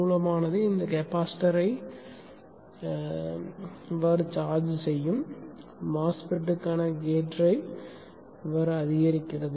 மூலமானது இந்த கெப்பாசிட்டர்வைச் சென்று சார்ஜ் செய்யும் MOSFETக்கான கேட் டிரைவ் அதிகரிக்கிறது